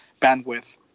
bandwidth